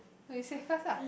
oh you save first lah